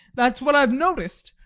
that's what i have noticed.